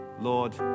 Lord